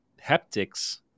haptics